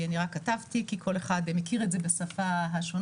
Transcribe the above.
אני רק כתבתי כי כל אחד מכיר את זה בשפה השונה,